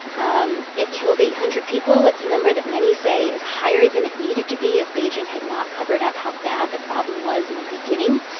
um it killed eight hundred people. it's a number that many say is higher than it needed to be if beijing had not covered up how bad the problem was in the beginning.